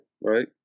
right